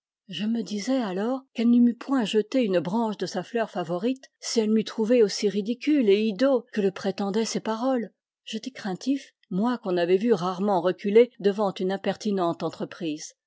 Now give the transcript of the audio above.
je me di sais alors qu'elle ne m'eût point jeté une branche de sa fleur favorite si elle m'eût trouvé aussi ridicule et hideux que le prétendaient ses paroles j'étais craintif moi qu'on avait vu rarement reculer devant une impertinente entreprise